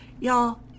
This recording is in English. Y'all